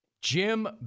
Jim